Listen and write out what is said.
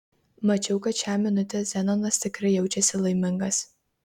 mačiau kad šią minutę zenonas tikrai jaučiasi laimingas